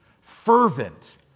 Fervent